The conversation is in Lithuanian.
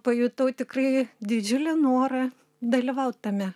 pajutau tikrai didžiulį norą dalyvaut tame